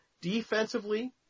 Defensively